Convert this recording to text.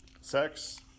sex